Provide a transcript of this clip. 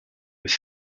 with